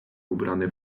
ubrany